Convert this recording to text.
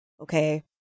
Okay